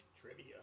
Trivia